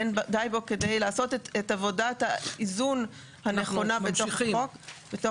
אין די בו כדי לעשות את עבודת האיזון הנכונה בתוך החוק.